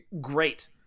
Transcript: great